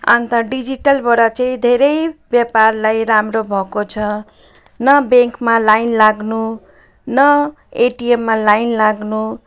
अन्त डिजिटलबाट चाहिँ धेरै व्यापारलाई राम्रो भएको छ न ब्याङ्कमा लाइन लाग्नु न एटिएममा लाइन लाग्नु